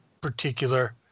particular